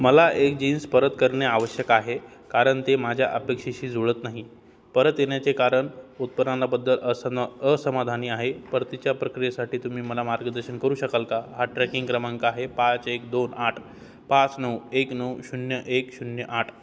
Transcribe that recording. मला एक जीन्स परत करणे आवश्यक आहे कारण ते माझ्या अपेक्षेशी जुळत नाही परत येण्याचे कारण उत्परणाबद्दल असन असमाधानी आहे परतीच्या प्रक्रियासाठी तुम्ही मला मार्गदर्शन करू शकाल का हा ट्रॅकिंग क्रमांक आहे पाच एक दोन आठ पाच नऊ एक नऊ शून्य एक शून्य आठ